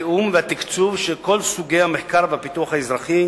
התיאום והתקצוב של כל סוגי המחקר והפיתוח האזרחי